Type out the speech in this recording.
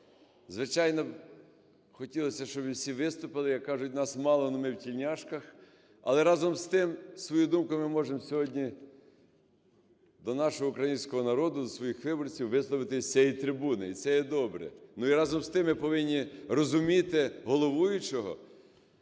Звичайно, хотілося, щоби всі виступили. Як кажуть, нас мало, но мы в тельняшках. Але, разом з тим, свою думку ми можемо сьогодні до нашого українського народу, до своїх виборців висловити із цієї трибуни, і це є добре. Ну і, разом з тим, ми повинні розуміти головуючого,